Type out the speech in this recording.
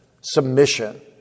Submission